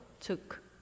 took